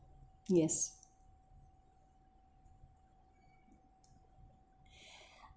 yes